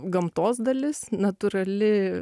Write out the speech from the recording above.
gamtos dalis natūrali